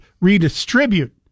redistribute